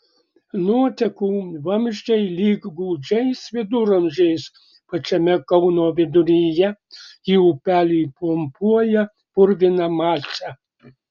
nuotekų vamzdžiai lyg gūdžiais viduramžiais pačiame kauno viduryje į upelį pumpuoja purviną masę